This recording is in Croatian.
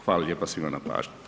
Hvala lijepa svima na pažnji.